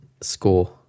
Score